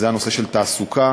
וזה הנושא של תעסוקה.